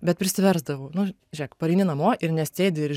bet prisiversdavau nu žiūrėk pareini namo ir nesėdi ir